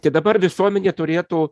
tai dabar visuomenė turėtų